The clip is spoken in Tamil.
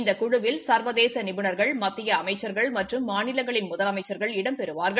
இந்த குழுவில் ச்வதேச நிபுணர்கள் மத்திய அமைச்சுகள் மற்றும் மாநிலங்களின் முதலமைச்சுகள் இடம்பெறுவார்கள்